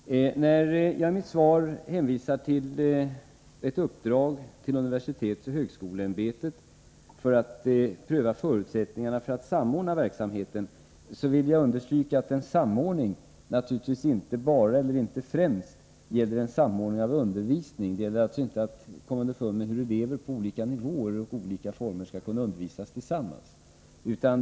När jag i mitt svar hänvisar till ett uppdrag till universitetsoch högskoleämbetet att pröva förutsättningarna för att samordna verksamheten, vill jag understryka att det naturligtvis inte bara och inte främst gäller en samordning av undervisning. Det gäller alltså inte att komma underfund med hur elever på olika nivåer och i olika skolformer skall undervisas tillsammans.